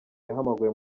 yahamagawe